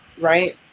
right